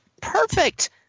Perfect